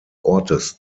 ortes